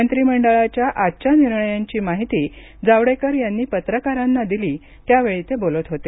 मंत्रीमंडळाच्या आजच्या निर्णयांची माहिती जावडेकर यांनी पत्रकारांना दिली त्यावेळी ते बोलत होते